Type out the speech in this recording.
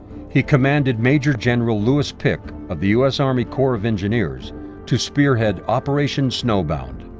he commanded major general lewis pick of the us army corps of engineers to spearhead operation snowbound.